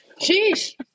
Sheesh